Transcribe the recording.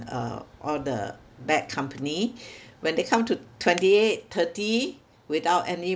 uh all the bad company when they come to twenty eight thirty without any